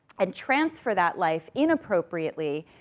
and transfer that life, inappropriately,